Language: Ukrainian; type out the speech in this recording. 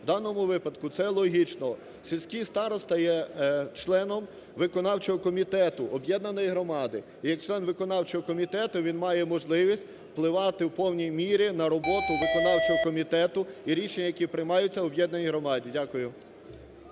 В даному випадку це логічно. Сільський староста є членом виконавчого комітету об'єднаної громади і як член виконавчого комітету він має можливість впливати у повній мірі на роботу виконавчого комітету і рішення, які приймаються в об'єднаній громаді. Дякую.